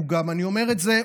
אני אומר את זה,